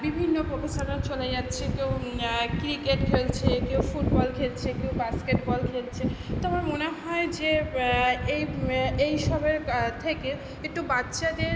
বিভিন্ন প্রোফেশানেও চলে যাচ্ছে কেউ ক্রিকেট খেলছে কেউ ফুটবল খেলছে কেউ বাস্কেট বল খেলছে তো আমার মনে হয় যে এই এই সবের থেকে একটু বাচ্চাদের